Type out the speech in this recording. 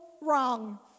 wrong